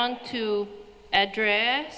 on to address